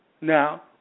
now